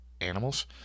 animals